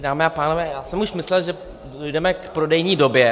Dámy a pánové, já jsem už myslel, že dojdeme k prodejní době.